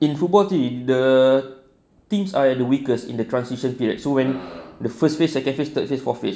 in football team the teams are in the weakest in the transition period so when the first phase second phase third phase forth phase